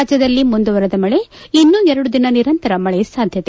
ರಾಜ್ಯದಲ್ಲಿ ಮುಂದುವರೆದ ಮಳೆ ಇನ್ನೂ ಎರಡು ದಿನ ನಿರಂತರ ಮಳೆ ಸಾಧ್ಯತೆ